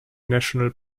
national